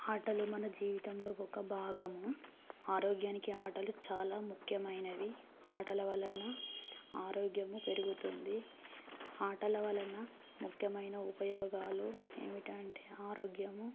ఆటలు మన జీవితంలో ఒక భాగం ఆరోగ్యానికి ఆటలు చాలా ముఖ్యమైనవి ఆటల వలన ఆరోగ్యం పెరుగుతుంది ఆటల వలన ముఖ్యమైన ఉపయోగాలు ఏమిటంటే ఆరోగ్యం